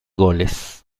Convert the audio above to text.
goles